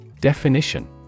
Definition